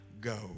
go